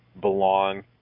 belong